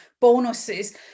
bonuses